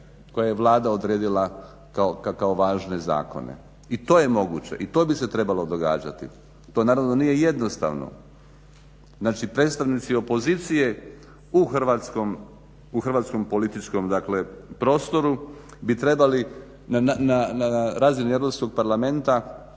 koje je Vlada odredila kao važne zakone. I to je moguće i to bi se trebalo događati. To naravno da nije jednostavno. Znači, predstavnici opozicije u Hrvatskom političkom, dakle prostoru bi trebali na razini Europskog parlamenta